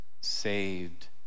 saved